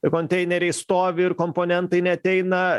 ir konteineriai stovi ir komponentai neateina